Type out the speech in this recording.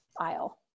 aisle